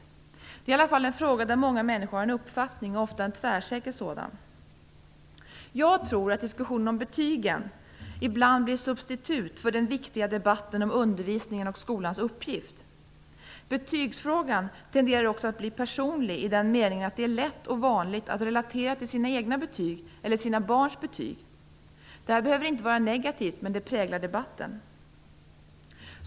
Det är i alla fall en fråga där många människor har en uppfattning, och ofta en tvärsäker sådan. Jag tror att diskussionen om betygen ibland blir substitut för den viktiga debatten om undervisningen och skolans uppgift. Betygsfrågan tenderar också att bli personlig i den meningen att det är lätt och vanligt att relatera till sina egna betyg eller till sina barns betyg. Det här behöver inte vara negativt, men det präglar debatten.